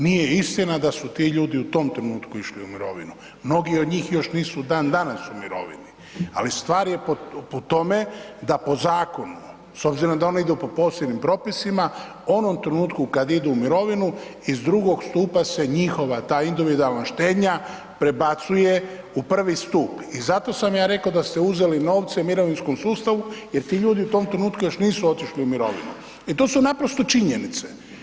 Nije istina da su ti ljudi u tom trenutku išli u mirovinu, mnogi od njih još nisu dan danas u mirovini, ali stvar je po tome da po zakonu, s obzirom da ona idu po posebnim propisima, onom trenutku kad idu u mirovinu iz drugog stupa se njihova ta individualna štednja prebacuje u prvi stup i zato sam ja rekao da ste uzeli novce mirovinskom sustavu jer ti ljudi u tom trenutku još nisu otišli u mirovinu i to su naprosto činjenice.